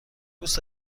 دوست